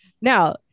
Now